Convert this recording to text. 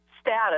status